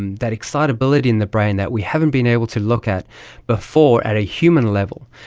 and that excitability in the brain that we haven't been able to look at before at a human level,